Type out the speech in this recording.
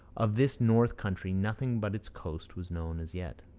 of this north country nothing but its coast was known as yet.